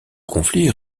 conflit